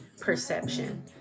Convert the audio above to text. perception